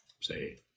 say